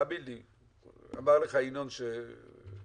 הוא כבר אמר לך מה תהיה התשובה.